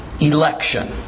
Election